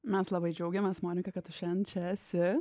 mes labai džiaugiamės monika kad tu šiandien čia esi